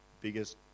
biggest